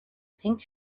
pink